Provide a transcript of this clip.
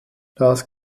das